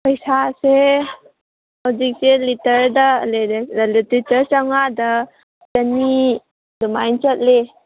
ꯄꯩꯁꯥꯁꯦ ꯍꯧꯖꯤꯛꯁꯦ ꯂꯤꯇꯔꯗ ꯂꯤꯇꯔ ꯆꯃꯉꯥꯗ ꯆꯅꯤ ꯑꯗꯨꯃꯥꯏꯅ ꯆꯠꯂꯤ